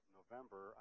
November